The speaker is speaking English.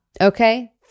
okay